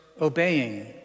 obeying